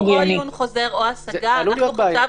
צריך לקבוע או עיון חוזר או השגה.